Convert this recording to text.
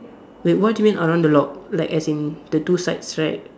wait what do you mean around the lock like as in the two sides right